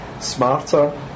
smarter